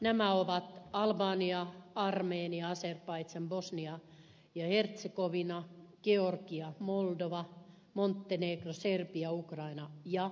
nämä ovat albania armenia azerbaidzhan bosnia ja hertsegovina georgia moldova montenegro serbia ukraina ja venäjä